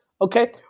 Okay